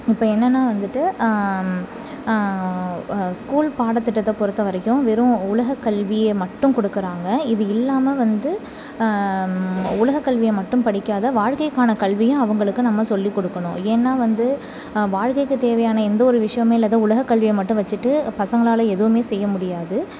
இப்போ என்னென்னால் வந்துட்டு ஸ்கூல் பாடத்திட்டத்தை பொறுத்தவரைக்கும் வெறும் உலக கல்வியை மட்டும் கொடுக்கறாங்க இது இல்லாமல் வந்து உலக கல்வியை மட்டும் படிக்காத வாழ்க்கைக்கான கல்வியை அவங்களுக்கு நம்ம சொல்லிக்கொடுக்கணும் ஏன்னால் வந்து வாழ்க்கைக்கு தேவையான எந்த ஒரு விஷயமே இல்லாத உலக கல்வியை மட்டும் வெச்சுட்டு பசங்களால் எதுவுமே செய்ய முடியாது